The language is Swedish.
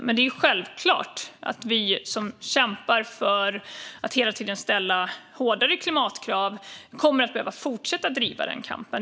Men det är självklart att vi som kämpar för att hela tiden ställa hårdare klimatkrav kommer att behöva fortsätta driva den kampen.